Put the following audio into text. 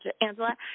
Angela